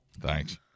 thanks